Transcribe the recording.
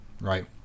Right